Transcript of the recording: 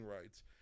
rights